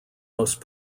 most